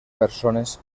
persones